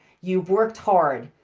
you've worked hard,